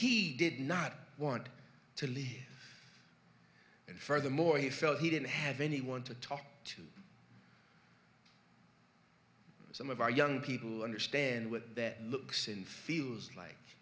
he did not want to live and furthermore he felt he didn't have anyone to talk to some of our young people understand what that looks and feels like